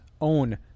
own